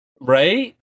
Right